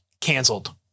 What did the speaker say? canceled